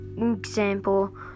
example